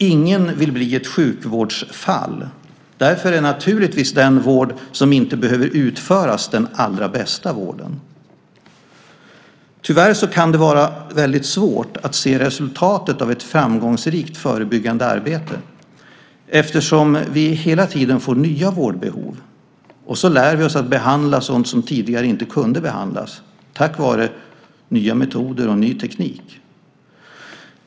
Ingen vill bli ett sjukvårdsfall. Därför är naturligtvis den vård som inte behöver utföras den allra bästa vården. Tyvärr kan det vara väldigt svårt att se resultatet av ett framgångsrikt förebyggande arbete eftersom vi hela tiden får nya vårdbehov. Och så lär vi oss att behandla sådant som tidigare inte kunde behandlas tack vare nya metoder och ny teknik.